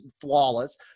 flawless